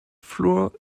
floor